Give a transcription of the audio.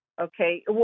okay